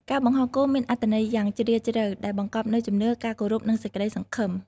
ការបង្ហោះគោមមានអត្ថន័យយ៉ាងជ្រាលជ្រៅ ដែលបង្កប់នូវជំនឿ ការគោរព និងសេចក្តីសង្ឃឹម។